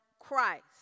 Christ